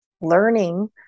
learning